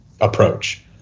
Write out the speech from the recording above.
approach